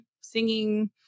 singing